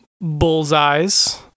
Bullseyes